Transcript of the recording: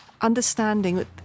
understanding